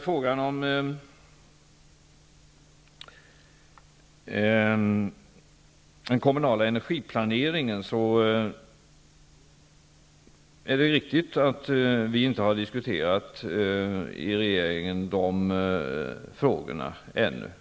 Frågan om den kommunala energiplaneringen har vi ännu inte diskuterat i regeringen, det är riktigt.